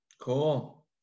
cool